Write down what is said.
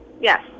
Yes